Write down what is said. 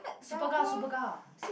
Superga Superga